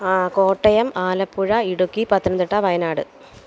ആ കോട്ടയം ആലപ്പുഴ ഇടുക്കി പത്തനംതിട്ട വയനാട്